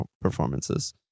performances